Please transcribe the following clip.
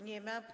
Nie ma.